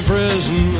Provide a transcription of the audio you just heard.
Prison